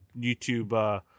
YouTube